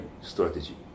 strategy